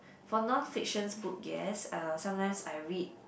for non fiction book yes uh sometimes I read